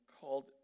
called